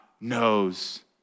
knows